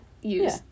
use